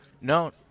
No